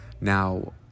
Now